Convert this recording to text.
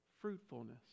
fruitfulness